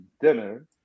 dinner